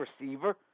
receiver